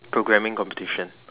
programming competition